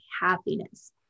happiness